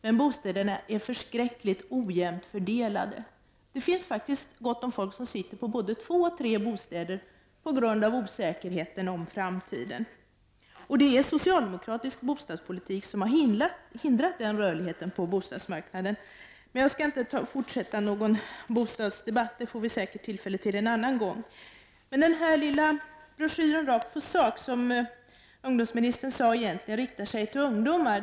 Men bostäderna är förskräckligt ojämnt fördelade. Det finns faktiskt gott om människor som sitter på både två och tre bostäder, på grund av osäkerheten om framtiden. Det är socialdemokratisk bostadspolitik som har hindrat rörlig heten på bostadsmarknaden. Men jag skall inte fortsätta någon bostadsdebatt. Det får vi säkert tillfälle till en annan gång. Ungdomsministern sade att den lilla broschyren Rakt på sak egentligen riktar sig till ungdomar.